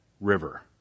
river